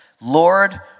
Lord